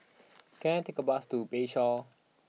can I take a bus to Bayshore